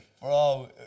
bro